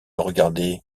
regardait